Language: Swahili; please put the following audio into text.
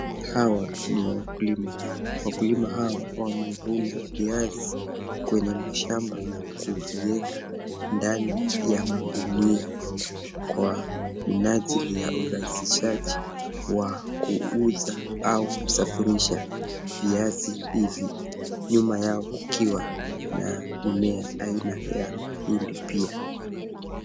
Hawa ni wakulima. Wakulima hawa wamevuna viazi kwenye mashamba na kuvieka ndani ya magunia kwa minajili ya urahisishaji wa kuuza au kusafirisha viazi hivi, nyuma yao kukiwa na mimea aina ya mahindi pia.